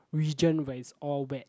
region where it's all wet